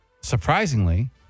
Surprisingly